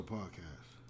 podcast